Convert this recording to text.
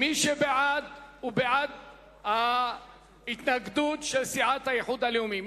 מי שבעד, הוא בעד ההתנגדות של סיעת האיחוד הלאומי.